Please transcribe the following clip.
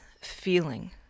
feeling